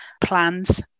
plans